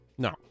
No